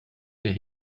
der